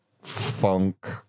funk